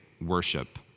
worship